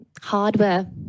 hardware